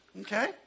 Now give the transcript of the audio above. Okay